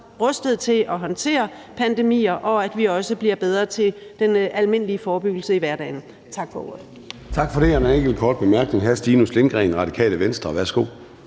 rustet til at håndtere pandemier, og sådan at vi også bliver bedre til den almindelige forebyggelse i hverdagen. Tak for ordet.